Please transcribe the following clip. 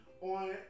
on